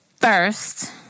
First